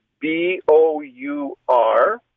B-O-U-R